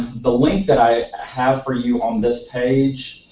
the link that i have for you on this page